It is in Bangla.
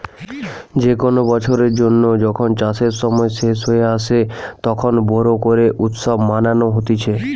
যে কোনো বছরের জন্য যখন চাষের সময় শেষ হয়ে আসে, তখন বোরো করে উৎসব মানানো হতিছে